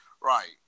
right